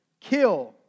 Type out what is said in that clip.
kill